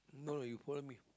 no no you follow me